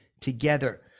together